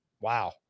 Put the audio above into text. wow